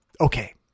Okay